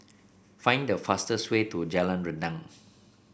find the fastest way to Jalan Rendang